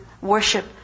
worship